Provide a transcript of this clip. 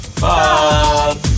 Bye